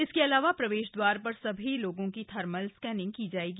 इसके अलावा प्रवेश दवार पर सभी लोगों की थर्मल स्कनिंग की जायेगी